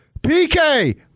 PK